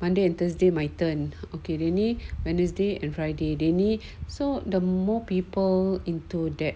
monday and thursday my turn okay dia ni wednesday and friday dia ni so the more people into that